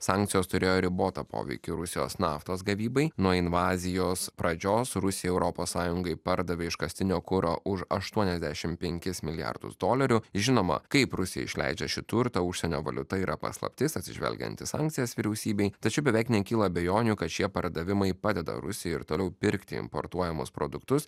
sankcijos turėjo ribotą poveikį rusijos naftos gavybai nuo invazijos pradžios rusija europos sąjungai pardavė iškastinio kuro už aštuoniasdešim penkis milijardus dolerių žinoma kaip rusija išleidžia šį turtą užsienio valiuta yra paslaptis atsižvelgiant į sankcijas vyriausybei tačiau beveik nekyla abejonių kad šie pardavimai padeda rusijai ir toliau pirkti importuojamus produktus